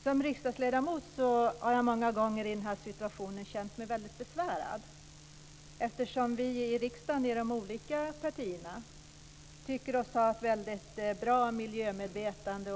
Som riksdagsledamot har jag många gånger i den här situationen känt mig väldigt besvärad, eftersom vi i riksdagen i de olika partierna tycker oss ha ett mycket bra miljömedvetande.